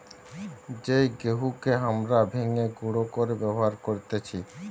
যেই গেহুকে হামরা ভেঙে গুঁড়ো করে ব্যবহার করতেছি